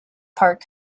park